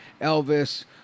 Elvis